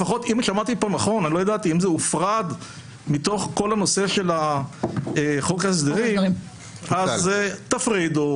אם זה הופרד מתוך חוק ההסדרים, תפרידו.